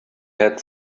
had